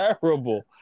terrible